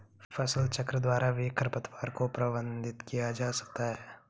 फसलचक्र द्वारा भी खरपतवार को प्रबंधित किया जा सकता है